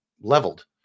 leveled